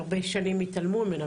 שהרבה שנים התעלמו ממנה,